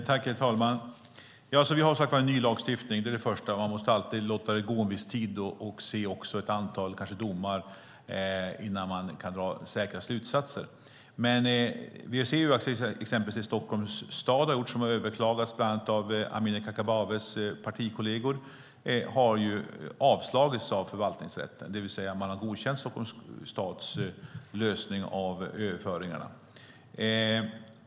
Herr talman! Vi har en ny lagstiftning - det är det första. Man måste alltid låta det gå en viss tid och också se ett antal domar innan man kan dra säkra slutsatser. Vi ser exempelvis att det man har gjort i Stockholms stad har överklagats av bland annat Amineh Kakabaveh partikolleger. Men det har avslagits av förvaltningsrätten, det vill säga rätten har godkänt Stockholms stads lösning av överföringarna.